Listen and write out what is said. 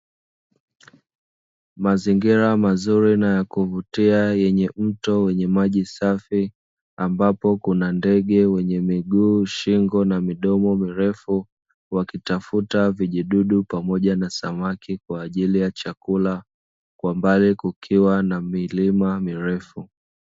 Mazingira mazuri na ya kuvutia yenye mto wenye maji safi ambapo kuna ndege wenye miguu shingo na midomo mirefu wakitafuta vijidudu pamoja na samaki kwa ajili ya chakula, kwa mbali kukiwa na milima mirefu.